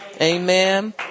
Amen